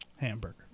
Hamburger